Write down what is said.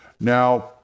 Now